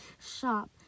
shop